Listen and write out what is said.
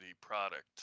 product